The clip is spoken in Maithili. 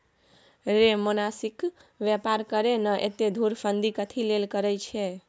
रे मोनासिब बेपार करे ना, एतेक धुरफंदी कथी लेल करय छैं?